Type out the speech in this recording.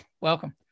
welcome